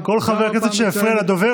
כל חבר כנסת שיפריע לדובר,